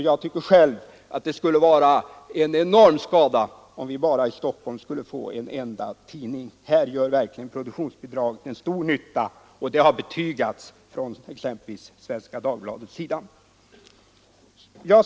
Jag tycker själv att det skulle vara en enorm skada om vi i Stockholm bara skulle ha en enda tidning. Här gör verkligen produktionsbidraget stor nytta, och det har betygats från exempelvis Svenska Dagbladets sida.